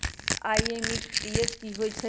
IMPS की होईछइ?